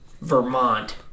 Vermont